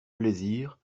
plaisir